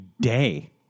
day